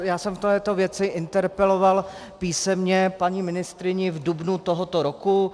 Já jsem v této věci interpeloval písemně paní ministryni v dubnu tohoto roku.